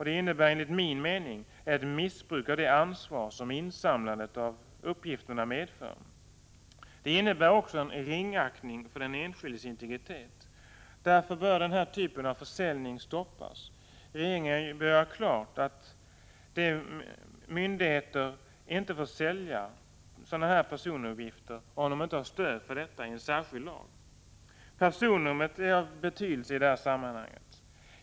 Det innebär enligt min mening ett missbruk av det ansvar som insamlandet av uppgifter medför. Det innebär en ringaktning för den enskildes integritet. Därför bör den här typen av försäljning stoppas. Regeringen bör göra klart att myndigheter inte får sälja personuppgifter om de inte har stöd för detta i en särskild lag. Personnumret är av betydelse i det här sammanhanget.